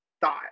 thought